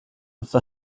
for